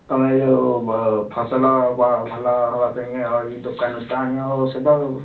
ତୁମେ ଯେଉଁ ଫସଲ ଭଲ ହେବା ପାଇଁ ଦୋକାନରୁ ଆଣିବ ତ ଔଷଧ ଆଉ